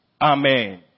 Amen